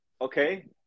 Okay